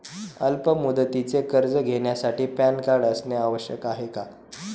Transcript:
अल्प मुदतीचे कर्ज घेण्यासाठी पॅन कार्ड असणे आवश्यक आहे का?